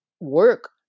work